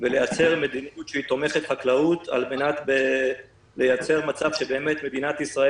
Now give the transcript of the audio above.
ולייצר מדיניות שהיא תומכת חקלאות על מנת לייצר מצב שבאמת מדינת ישראל